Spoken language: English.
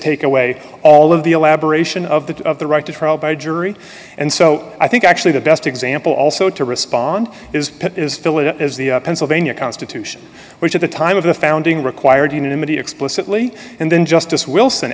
take away all of the elaboration of that of the right to trial by jury and so i think actually the best example also to respond is is philip is the pennsylvania constitution which at the time of the founding required unanimity explicitly and then justice wilson